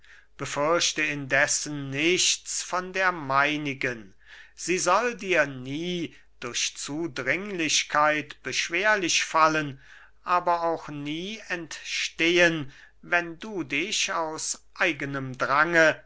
befürchte indessen nichts von der meinigen sie soll dir nie durch zudringlichkeit beschwerlich fallen aber auch nie entstehen wenn du dich aus eigenem drang